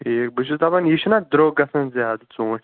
ٹھیٖک بہٕ چھُس دَپان یہِ چھُناہ درٛۅگ گَژھان زیادٕ ژوٗنٛٹھۍ